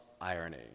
irony